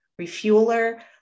refueler